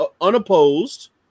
unopposed